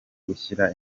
gushyira